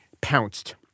pounced